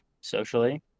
socially